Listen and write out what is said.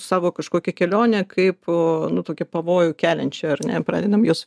savo kažkokią kelionę kaip nu tokią pavojų keliančią ar ne pradedam jos